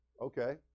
Okay